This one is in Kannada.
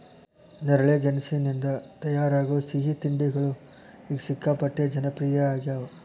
ನೇರಳೆ ಗೆಣಸಿನಿಂದ ತಯಾರಾಗೋ ಸಿಹಿ ತಿಂಡಿಗಳು ಈಗ ಸಿಕ್ಕಾಪಟ್ಟೆ ಜನಪ್ರಿಯ ಆಗ್ಯಾವ